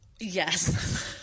Yes